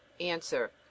Answer